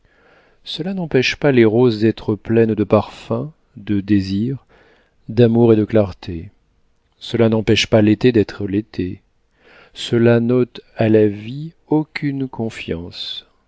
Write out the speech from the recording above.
cela n'empêche pas les roses d'être pleines de parfums de désirs d'amour et de clarté cela n'empêche pas l'été d'être l'été cela n'ôte à la vie aucune confiance